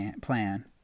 plan